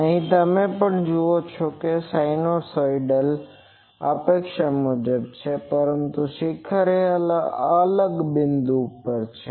અહીં તમે પણ જુઓ છો કે સિનુસાઇડલ અપેક્ષા મુજબ છે પરંતુ શિખર એક અલગ બિંદુ પર છે